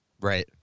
Right